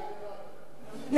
נחנקו.